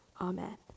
Amen